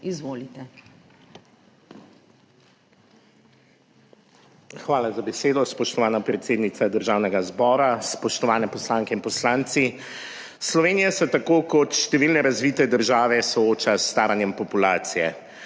Hvala za besedo, spoštovana predsednica Državnega zbora. Spoštovane poslanke in poslanci! Slovenija se tako kot številne razvite države sooča s staranjem populacije,